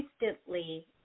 instantly